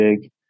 big